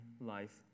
Life